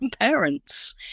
parents